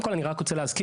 קודם כל אני רוצה להזכיר,